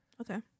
Okay